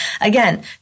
Again